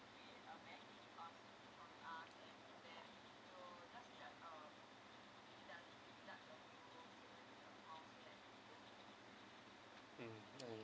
mm